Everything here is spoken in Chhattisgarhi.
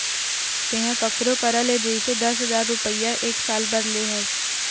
तेंहा कखरो करा ले जइसे दस हजार रुपइया एक साल बर ले हस